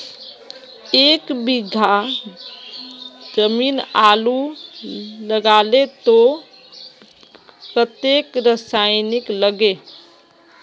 एक बीघा जमीन आलू लगाले तो कतेक रासायनिक लगे?